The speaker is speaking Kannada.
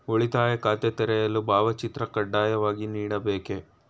ಉಳಿತಾಯ ಖಾತೆ ತೆರೆಯಲು ಭಾವಚಿತ್ರ ಕಡ್ಡಾಯವಾಗಿ ನೀಡಬೇಕೇ?